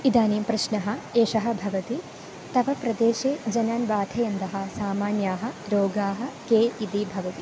इदानीं प्रश्नः एषः भवति तव प्रदेशे जनान् बाधयन्तः सामान्याः रोगाः के इति भवति